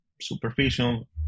superficial